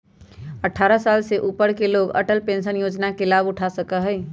अट्ठारह साल से ऊपर के लोग अटल पेंशन योजना के लाभ उठा सका हई